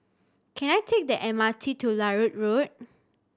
can I take the M R T to Larut Road